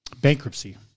bankruptcy